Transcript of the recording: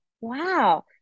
wow